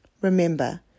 Remember